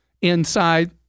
inside